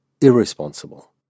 irresponsible